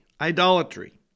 idolatry